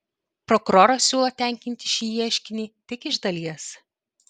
prokuroras siūlo tenkinti šį ieškinį tik iš dalies